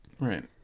Right